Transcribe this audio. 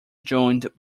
joined